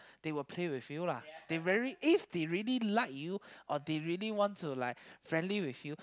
they will play with you lah they very if they really like you or they really want to like friendly with you